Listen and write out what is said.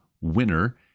Winner